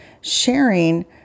sharing